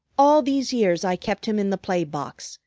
all these years i kept him in the play box,